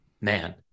man